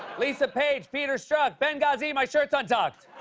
lisa page, peter strzok, benghazi, my shirt's untucked!